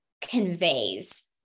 conveys